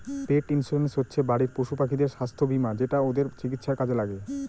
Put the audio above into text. পেট insurance হচ্ছে বাড়ির পশুপাখিদের স্বাস্থ্য বীমা যেটা ওদের চিকিৎসার কাজে লাগে